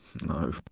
No